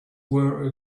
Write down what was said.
were